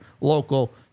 local